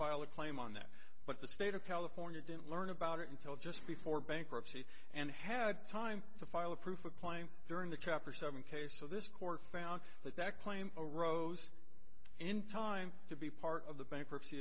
a claim on that but the state of california didn't learn about it until just before bankruptcy and had time to file a proof a claim during the chapter seven case so this court found that that claim arose in time to be part of the bankruptcy